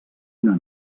una